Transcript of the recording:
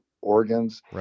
organs